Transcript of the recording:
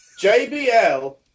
JBL